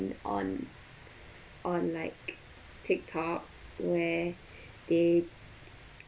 on on like Tiktok where they